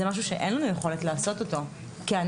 זה משהו שאין לנו יכולת לעשות אותו כהנהלת